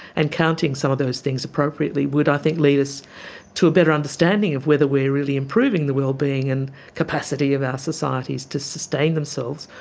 and counting some of those things appropriately would i think lead us to a better understanding of whether we're really improving the wellbeing and capacity of our societies to sustain themselves,